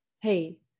Hey